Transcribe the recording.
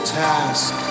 task